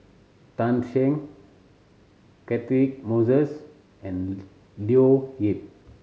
Tan Shen Catchick Moses and Leo Yip